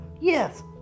yes